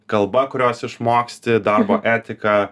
kalba kurios išmoksti darbo etika